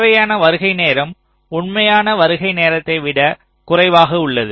தேவையான வருகை நேரம் உண்மையான வருகை நேரத்தை விட குறைவாக உள்ளது